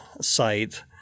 site